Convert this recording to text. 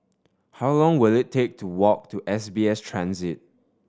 how long will it take to walk to S B S Transit